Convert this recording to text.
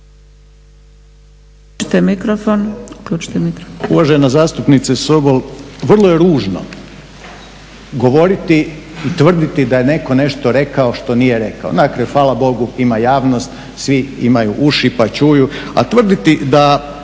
Uvažena zastupnice Sobol, vrlo je ružno govoriti i tvrditi da je netko nešto rekao što nije rekao. Dakle, hvala Bogu ima javnost, svi imaju uši pa čuju, a tvrditi da